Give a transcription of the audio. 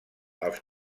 als